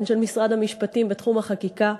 הן של משרד המשפטים בתחום החקיקה,